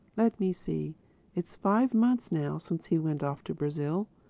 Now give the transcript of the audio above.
let me see it's five months now since he went off to brazil.